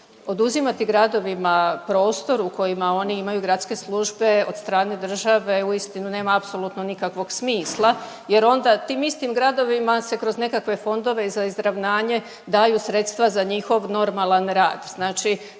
oduzimati gradovima prostor u kojima oni imaju gradske službe od strane države uistinu nema apsolutno nikakvog smisla jer onda tim istim gradovima se kroz nekakve fondove za izravnanje daju sredstva za njihov normalan rad.